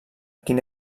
quin